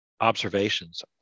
observations